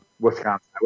Wisconsin